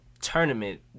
tournament